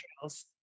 trails